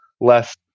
less